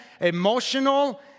emotional